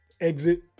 exit